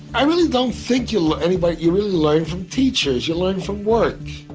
i really don't think you let anybody. you really learn from teachers. you learn from work.